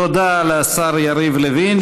תודה לשר יריב לוין,